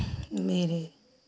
मेरे